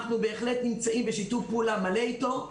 אנחנו בהחלט נמצאים בשיתוף פעולה מלא איתו,